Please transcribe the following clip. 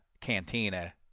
cantina